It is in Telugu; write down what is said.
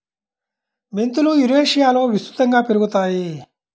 మెంతులు యురేషియాలో విస్తృతంగా పెరుగుతాయి